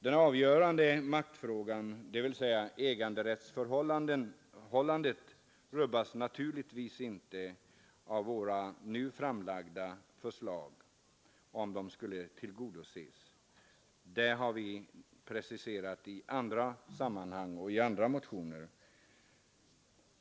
Den avgörande maktfrågan, dvs. äganderättsförhållandet, skulle naturligtvis inte rubbas om våra nu framlagda förslag tillgodosågs; den frågan har vi preciserat i andra sammanhang och i andra motioner.